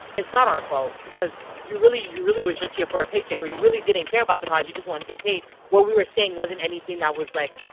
it's not our fault because you really you really was just here for a paycheck. or you really didn't care about the cause. you just wanted to get paid. what we were saying wasn't anything that was, like,